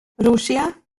rusia